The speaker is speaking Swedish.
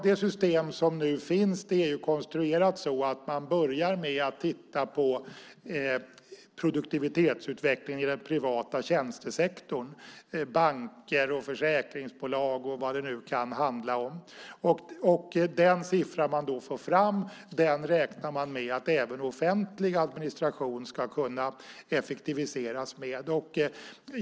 Det system som nu finns är konstruerat så att man börjar med att titta på produktivitetsutvecklingen i den privata tjänstesektorn, banker och försäkringsbolag och vad det nu kan handla om. Den siffra som man då får fram räknar man med att även offentlig administration ska kunna effektiviseras med.